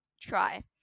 try